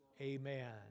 amen